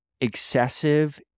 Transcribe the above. Excessive